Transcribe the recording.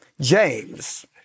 James